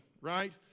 right